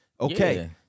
Okay